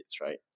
right